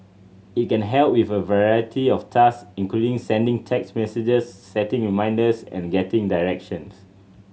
it can help with a variety of task including sending text messages setting reminders and getting directions